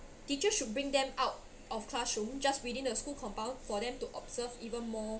teachers should bring them out of classroom just within the school compound for them to observe even more